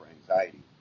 anxiety